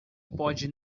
pode